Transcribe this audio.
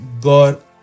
God